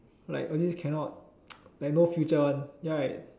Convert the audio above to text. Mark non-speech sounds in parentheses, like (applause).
like all this cannot (noise) like no future one right